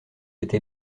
été